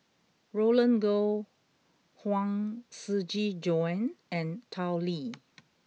Roland Goh Huang Shiqi Joan and Tao Li